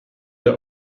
der